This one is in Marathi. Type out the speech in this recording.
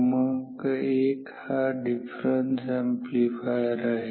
क्रमांक एक हा डिफरन्स अॅम्प्लीफायर आहे